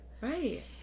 Right